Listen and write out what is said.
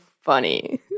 funny